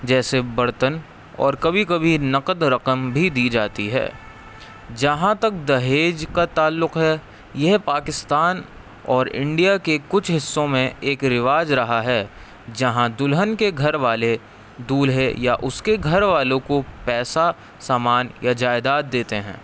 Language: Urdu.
جیسے برتن اور کبھی کبھی نقد رقم بھی دی جاتی ہے جہاں تک دہیج کا تعلق ہے یہ پاکستان اور انڈیا کے کچھ حصوں میں ایک رواج رہا ہے جہاں دلہن کے گھر والے دلہے یا اس کے گھر والوں کو پیسہ سامان یا جائیداد دیتے ہیں